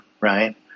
right